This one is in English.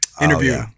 interview